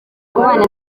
kubana